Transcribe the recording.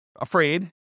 afraid